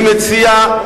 אני מציע,